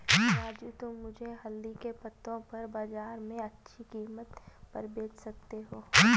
राजू तुम मुझे हल्दी के पत्तों को बाजार में अच्छे कीमत पर बेच सकते हो